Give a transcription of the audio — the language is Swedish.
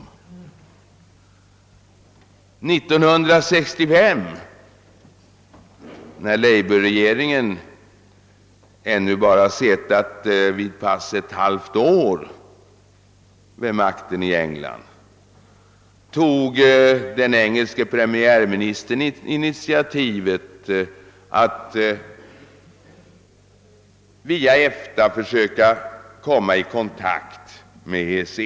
År 1965, när labourregeringen ännu bara suttit vid makten i England ungefär ett halvt år, tog den engelske premiärministern initiativ till att via EFTA komma i kontakt med EEC.